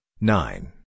nine